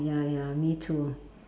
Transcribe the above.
ya ya me too